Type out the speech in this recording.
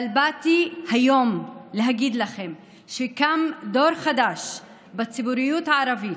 אבל באתי היום להגיד לכם שקם דור חדש בציבוריות הערבית,